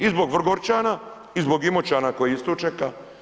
I zbog Vrgorčana i zbog Imoćana koji isto čeka.